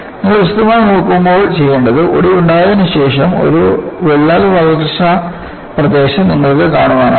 നിങ്ങൾ വിശദമായി നോക്കുമ്പോൾ ചെയ്യുമ്പോൾ ഒടിവുണ്ടായതിന് ശേഷം ഒരു വിള്ളൽ വളർച്ചാ പ്രദേശം നിങ്ങൾക്കു കാണാനാകും